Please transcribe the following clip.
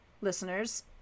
listeners